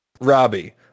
Robbie